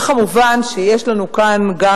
ומובן שיש לנו כאן גם